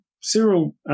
Cyril